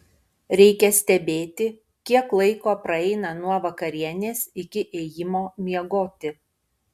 reikia stebėti kiek laiko praeina nuo vakarienės iki ėjimo miegoti